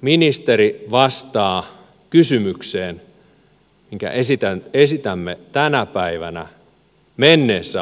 ministeri vastaa kysymykseen minkä esitämme tänä päivänä menneessä aikamuodossa